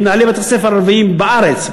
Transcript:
עם מנהלי בתי-ספר ערביים בארץ,